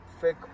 Fake